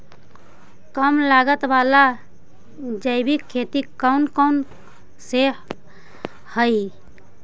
कम लागत वाला जैविक खेती कौन कौन से हईय्य?